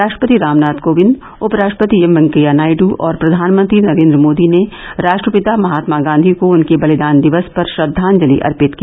राष्ट्रपति रामनाथ कोविंद उपराष्ट्रपति एम वेंकैया नायडू और प्रधानमंत्री नरेन्द्र मोदी ने राष्ट्रपिता महात्मा गांधी को उनके बलिदान दिवस पर श्रद्वांजलि अर्पित की